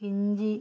ഇഞ്ചി